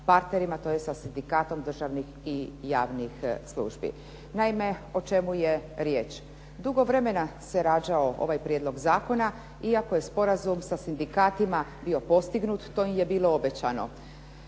tj. Sa sindikatom državnih i javnih službi. Naime, o čemu je riječ, dugo vremena se rađao ovaj Prijedlog zakona iako je sporazum sa sindikatima bio postignut to im je bilo obećano.